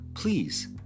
please